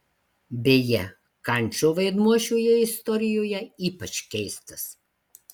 beje kančo vaidmuo šioje istorijoje ypač keistas